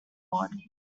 award